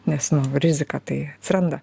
nes rizika tai atsiranda